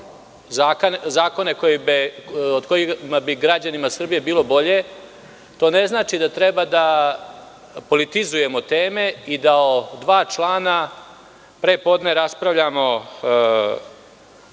zakone od kojih bi građanima Srbije bilo bolje, to ne znači da treba da politizujemo teme i da o dva člana pre podne raspravljamo